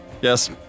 Yes